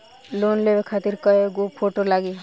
Loan लेवे खातिर कै गो फोटो लागी?